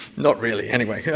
not really. anyway. yeah